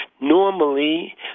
normally